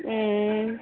हूँ